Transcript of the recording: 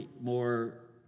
more